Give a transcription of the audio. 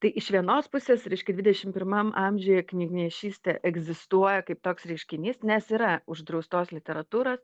tai iš vienos pusės reiškia dvidešim pirmam amžiuje knygnešystė egzistuoja kaip toks reiškinys nes yra uždraustos literatūros